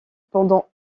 pendant